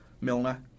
Milner